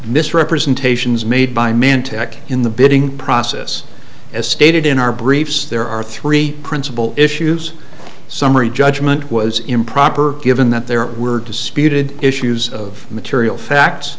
misrepresentations made by man tech in the bidding process as stated in our briefs there are three principal issues summary judgment was improper given that there were disputed issues of material facts